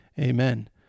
amen